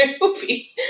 movie